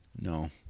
No